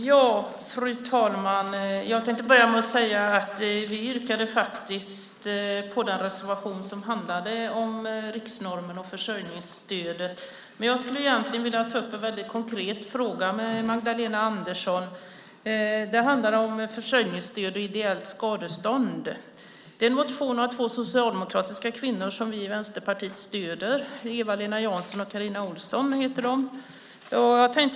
Fru talman! Jag vill börja med att säga att vi yrkade på den reservation som handlade om riksnormen och försörjningsstödet. Men jag skulle vilja ta upp en väldigt konkret fråga med Magdalena Andersson. Det handlar om en motion om försörjningsstöd och ideellt skadestånd. Den motionen har skrivits av två socialdemokratiska kvinnor som vi i Vänsterpartiet stöder. De heter Eva-Lena Jansson och Carina Ohlsson.